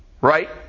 right